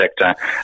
sector